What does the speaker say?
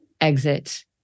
exit